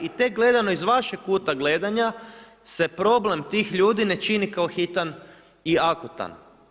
I tek gledano iz vašeg kuta gledanja se problem tih ljudi ne čini kao hitan i akutan.